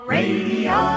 Radio